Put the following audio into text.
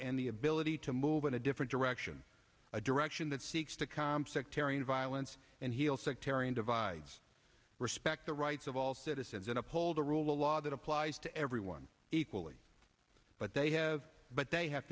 and the ability to move in a different direction a direction that seeks to calm sectarian violence and heal sectarian divides respect the rights of all citizens and uphold a rule of law that applies to everyone equally but they have but they have